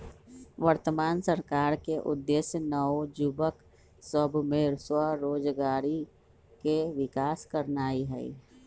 वर्तमान सरकार के उद्देश्य नओ जुबक सभ में स्वरोजगारी के विकास करनाई हई